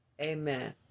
Amen